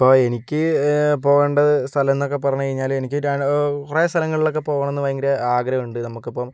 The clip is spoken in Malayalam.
ഇപ്പോൾ എനിക്ക് പോവണ്ടത് സ്ഥലമെന്നൊക്കെ പറഞ്ഞ് കഴിഞ്ഞാല് എനിക്ക് കുറെ സ്ഥലങ്ങളിലൊക്കെ പോകണമെന്ന് ഭയങ്കര ആഗ്രഹമുണ്ട് നമുക്കിപ്പം